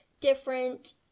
different